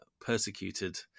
persecuted